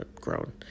grown